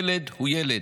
ילד הוא ילד.